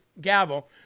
gavel